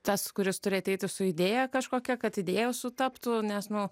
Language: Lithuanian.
tas kuris turi ateiti su idėja kažkokia kad idėjos sutaptų nes nu